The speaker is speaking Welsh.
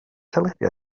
teledu